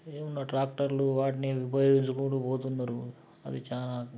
ఏమున్నా ట్రాక్టర్లు వాటిని ఉపయోగించుకుంటూ పోతున్నారు అవి చాలా